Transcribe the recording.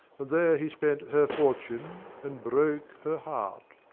there he spent her fortune and broke her heart.